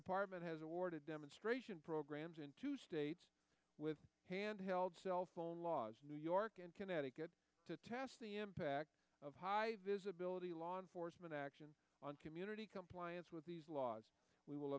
department has awarded demonstration programs in two states with handheld cell phone laws new york and connecticut to test the impact of visibility law enforcement action on community compliance with these laws we will